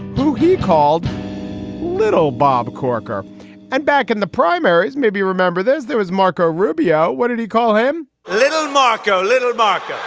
who he called little bob corker and back in the primaries, maybe, remember, there's there was marco rubio. what did you call him? little marco. little marco.